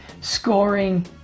scoring